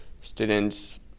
students